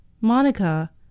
Monica